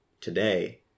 today